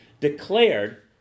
declared